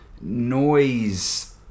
noise